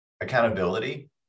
accountability